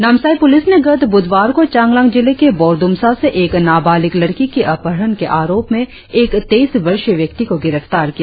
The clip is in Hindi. नामसाई पुलिस ने गत ब्रधवार को चांगलांग जिले के बोरद्मसा से एक नाबालिक लड़की की अपहरण के आरोप में एक तेईस वर्षीय व्यक्ति को गिरफ्तार किया